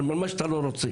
על מה שאתה לא רוצה,